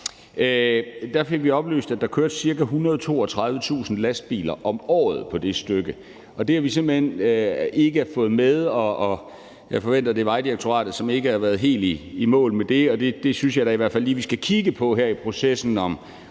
Der fik vi oplyst, at der kører ca. 132.000 lastbiler om året på det stykke, og det har vi simpelt hen ikke fået med. Jeg forventer, det er Vejdirektoratet, som ikke har været helt i mål med det, og jeg synes jeg da i hvert fald lige, vi skal kigge på her i processen, om